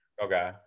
Okay